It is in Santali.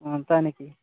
ᱚᱸᱻ ᱛᱟᱭ ᱱᱟᱠᱤ